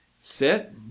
Sit